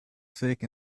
thick